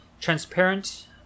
transparent